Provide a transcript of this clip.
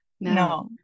no